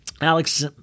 Alex